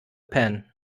pan